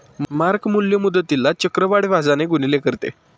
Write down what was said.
mark मूल्य मुद्दलीला चक्रवाढ व्याजाने गुणिले करते